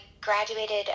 graduated